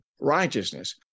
righteousness